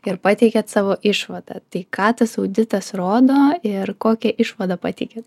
ir pateikėt savo išvadą tai ką tas auditas rodo ir kokią išvadą pateikėt